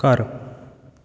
ਘਰ